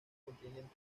contienen